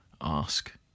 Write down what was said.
ask